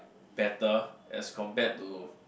better as compared to